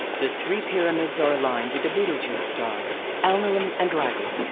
the three pyramids are aligned with the betelgeuse stars alnilam and rigel.